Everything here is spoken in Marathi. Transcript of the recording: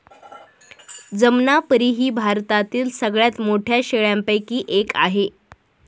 जमनापरी ही भारतातील सगळ्यात मोठ्या शेळ्यांपैकी एक आहे